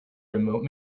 remote